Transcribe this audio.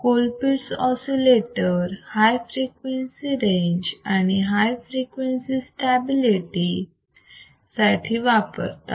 Colpitts oscillator high frequency range आणि high frequency stability साठी वापरतात